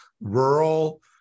rural